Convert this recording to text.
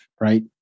right